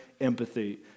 empathy